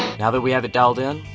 now that we have it dialed in,